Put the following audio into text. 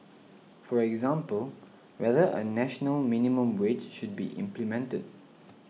for example whether a national minimum wage should be implemented